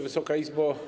Wysoka Izbo!